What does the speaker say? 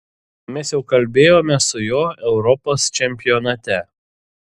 mes jau kalbėjome su juo europos čempionate